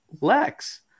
lex